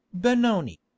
Benoni